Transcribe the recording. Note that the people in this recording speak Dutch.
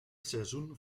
seizoen